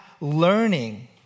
learning